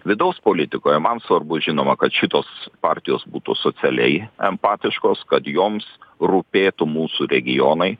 vidaus politikoje man svarbu žinoma kad šitos partijos būtų socialiai empatiškos kad joms rūpėtų mūsų regionai